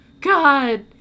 God